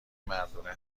مردونه